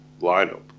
lineup